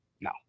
no